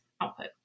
output